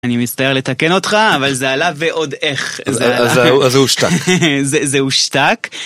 אני מצטער לתקן אותך אבל זה עלה ועוד איך זה הושתק זה הושתק